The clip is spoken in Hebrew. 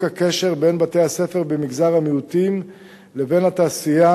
הקשר בין בתי-הספר במגזר המיעוטים לבין התעשייה,